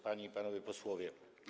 Panie i Panowie Posłowie!